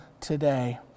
today